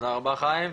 תודה רבה חיים.